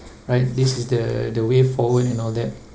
right this is the the way forward and all that